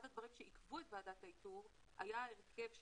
אחד הדברים שעיכבו את ועדת האיתור היה ההרכב שלה.